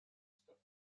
stuff